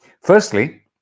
Firstly